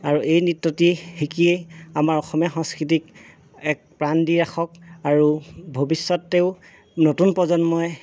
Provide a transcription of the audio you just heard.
আৰু এই নৃত্যটি শিকি আমাৰ অসমীয়া সংস্কৃতিক এক প্ৰাণ দি ৰাখক আৰু ভৱিষ্যতেও নতুন প্ৰজন্মই